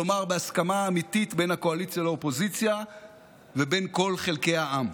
כלומר בהסכמה אמיתית בין הקואליציה לאופוזיציה ובין כל חלקי העם.